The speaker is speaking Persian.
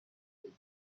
دادیم